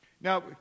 Now